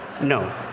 no